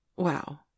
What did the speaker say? Wow